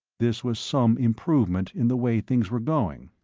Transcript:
this was some improvement in the way things were going.